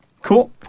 Cool